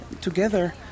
together